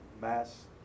mass